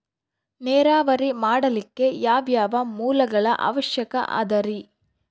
ನೇರಾವರಿ ಮಾಡಲಿಕ್ಕೆ ಯಾವ್ಯಾವ ಮೂಲಗಳ ಅವಶ್ಯಕ ಅದರಿ?